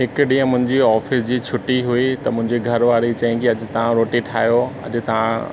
हिकु ॾींहुं मुंहिंजी ऑफिस जी छुटी हुई त मुंहिंजी घरवारी चयईं की अॼु तव्हां रोटी ठाहियो अॼु तव्हां